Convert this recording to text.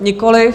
Nikoliv.